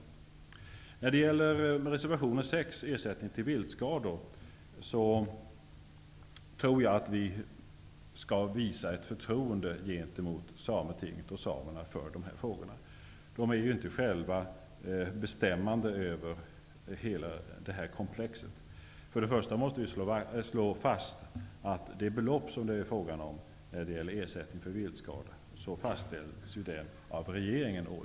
När det gäller reservation 6 Ersättning till viltskador, tror jag att vi skall visa ett förtroende gentemot Samtetinget och samerna i dessa frågor. De är inte själva beslutande i hela detta komplex. Det bör understrykas att beloppet för ersättning vid viltskada årligen fastställs av regeringen.